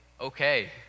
okay